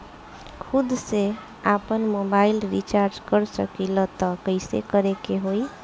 खुद से आपनमोबाइल रीचार्ज कर सकिले त कइसे करे के होई?